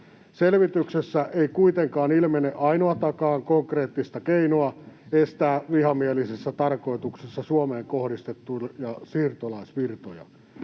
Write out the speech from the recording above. Selvityksessä ei kuitenkaan ilmene ainoatakaan konkreettista keinoa estää vihamielisessä tarkoituksessa Suomeen kohdistettuja siirtolaisvirtoja.